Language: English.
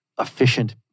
efficient